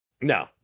No